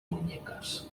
muñecas